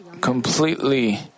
completely